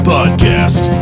Podcast